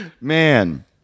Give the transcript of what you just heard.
Man